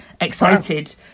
excited